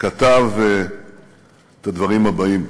כתב את הדברים הבאים.